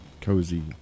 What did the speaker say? cozy